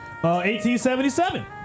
1877